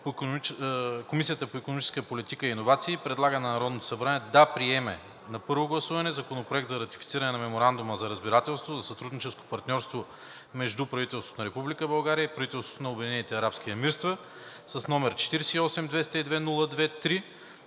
Комисията по икономическа политика и иновации предлага на Народното събрание да приеме на първо гласуване Законопроект за ратифициране на Меморандума за разбирателство за сътрудническо партньорство между правителството на Република България и правителството на Обединените арабски емирства, № 48-202-02-3,